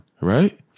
Right